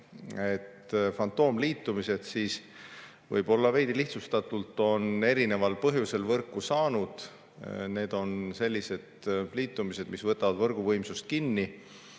Fantoomliitumised, võib-olla veidi lihtsustatult [öeldes], on erineval põhjusel võrku saanud. Need on sellised liitumised, mis [hoiavad] võrguvõimsust kinni.